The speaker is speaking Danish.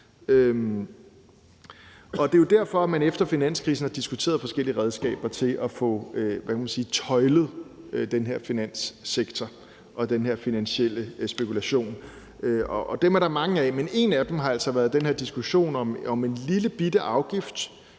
det er jo derfor, man efter finanskrisen har diskuteret forskellige redskaber til at få, hvad kan man sige, tøjlet den her finanssektor og den her finansielle spekulation. De diskussioner er der mange af, men en af dem har altså været den her diskussion om en lillebitte afgift